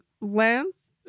Lance